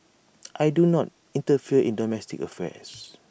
I do not interfere in domestic affairs